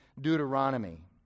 Deuteronomy